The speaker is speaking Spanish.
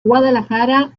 guadalajara